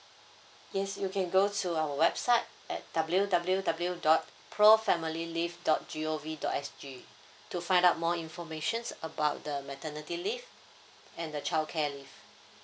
yes you can go to our website at W_W_W dot profamilyleave dot G_O_V dot S_G to find out more informations about the maternity leave and the childcare leave